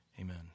amen